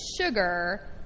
sugar